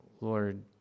Lord